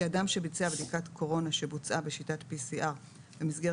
כי אדם שביצע בדיקת קורונה שבוצעה בשיטת PCR במסגרת